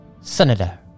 Senator